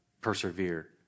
persevere